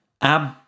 ab